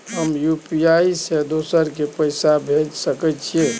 हम यु.पी.आई से दोसर के पैसा भेज सके छीयै?